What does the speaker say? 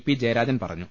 P Jayarajan പറഞ്ഞു